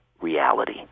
reality